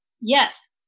Yes